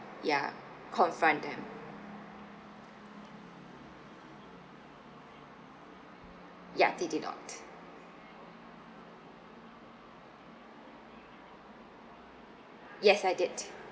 ya confront them ya they did not yes I did